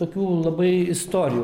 tokių labai istorijų